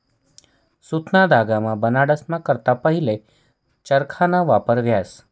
सुतना धागा बनाडा करता पहिले चरखाना वापर व्हये